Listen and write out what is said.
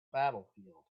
battlefield